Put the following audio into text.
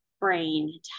brain